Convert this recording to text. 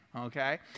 Okay